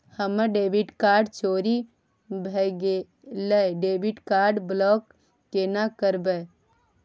हमर debit card चोरी भगेलै डेबिट कार्ड ब्लॉक केना करब?